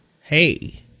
Hey